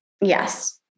Yes